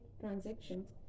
transactions